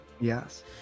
Yes